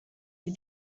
you